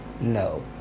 No